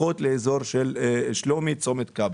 לפחות לאזור שלומי צומת כברי.